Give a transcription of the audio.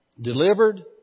delivered